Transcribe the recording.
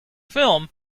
film